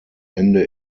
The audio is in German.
ende